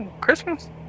Christmas